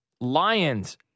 Lions